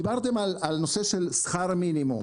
דיברתם על נושא של שכר מינימום.